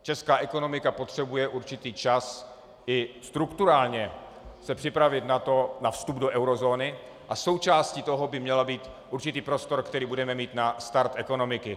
Česká ekonomika potřebuje určitý čas i strukturálně se připravit na vstup do eurozóny a součástí toho by měl být určitý prostor, který budeme mít na start ekonomiky.